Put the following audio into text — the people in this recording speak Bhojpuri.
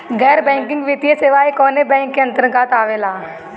गैर बैंकिंग वित्तीय सेवाएं कोने बैंक के अन्तरगत आवेअला?